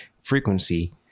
frequency